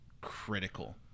critical